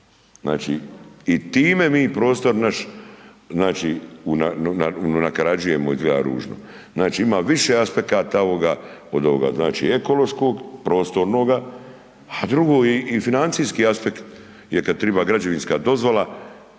Znači i time mi prostor naš znači unakarađujemo, izgleda ružno. Znači ima više aspekata ovoga od ovoga znači ekološkog, prostornoga, a drugo i financijski aspekt, jer kad triba građevinska dozvola,